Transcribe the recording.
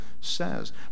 says